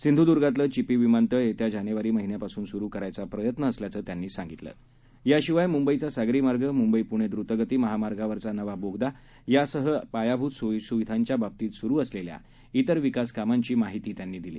सिंधुर्गतलंचिपीविमानळयेत्याजानेवारीमहिन्यापासूनसुरुकरायचाप्रयत्नअसल्याचंत्यांनीसांगितलंयाशिवायमुंबईचासागरीमार्ग मुंबईपुणेट्रुतगतीमहामार्गावरचानवाबोगदायासहपायाभूतसोयीसुविधांच्याबाबतीतसुरुअसलेल्याइतरविकासकामांचीमाहितीत्यांनीदिली